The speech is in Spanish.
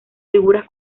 figuras